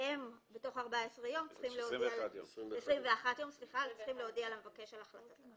והם תוך 21 יום צריכים להודיע למבקש על החלטתם.